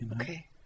Okay